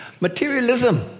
Materialism